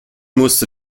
musste